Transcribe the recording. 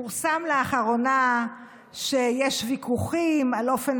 פורסם לאחרונה שיש ויכוחים על אופן